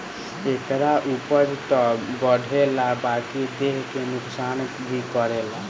एकरा उपज त बढ़ेला बकिर देह के नुकसान भी करेला